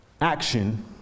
action